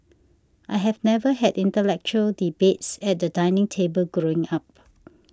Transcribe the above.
I've never had intellectual debates at the dining table growing up